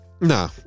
No